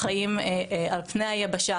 החיים על פי היבשה,